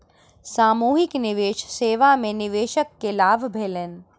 सामूहिक निवेश सेवा में निवेशक के लाभ भेलैन